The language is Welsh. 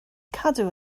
cadw